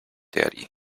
daddy